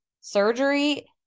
surgery